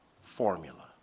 formula